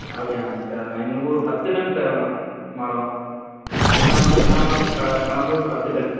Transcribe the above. அப்படியாண்ணா சரிண்ணா எங்களுக்கு ஒரு பத்து டன் தேவைண்ணா மரம் எல்லாம் எல்லா மரமும் க கலந்து ஒரு பத்து டன்